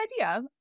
idea